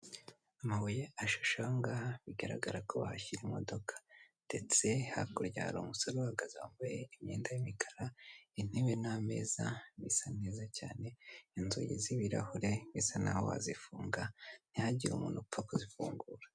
Amabuye ashushanyije ahangaha, bigaragara ko wahashyira imodoka ndetse hakurya hari umusore uhagaze wambaye imyenda y'imikara, intebe n'ameza bisa neza cyane, inzugi z'ibirahure bisa n'uwazifunga ntihagire umuntu upfa kuzifungura.